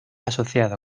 asociada